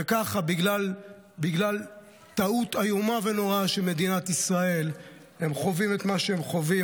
וככה בגלל טעות איומה ונוראה של מדינת ישראל הם חווים את מה שהם חווים.